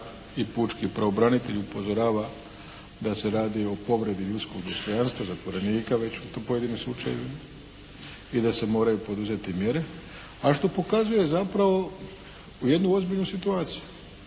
i pučki pravobranitelj upozorava da se radi o povredi ljudskog dostojanstva zatvorenika već u pojedinim slučajevima i da se moraj poduzeti mjere, a što pokazuje zapravo u jednu ozbiljnu situaciju.